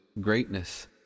greatness